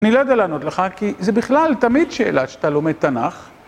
אני לא ידע לענות לך כי זה בכלל תמיד שאלה שאתה לומד תנ״ך.